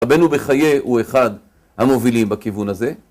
רבינו בחיי הוא אחד המובילים בכיוון הזה,